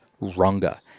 runga